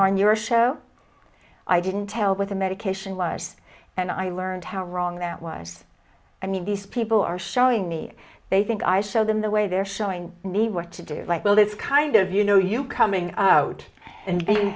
arm your show i didn't tell with a medication wise and i learned how wrong that was i mean these people are showing me they think i show them the way they're showing me what to do like well this kind of you know you coming out and be